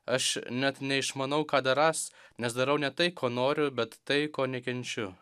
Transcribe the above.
aš net neišmanau ką darąs nes darau ne tai ko noriu bet tai ko nekenčiu